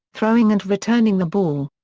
throwing and returning the ball.